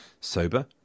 sober